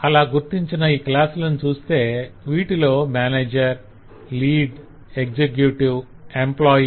అలా గుర్తించిన ఈ క్లాసులను చూస్తే వీటిలో మేనేజర్ లీడ్ ఎక్సెక్యూటివ్ ఎంప్లాయ్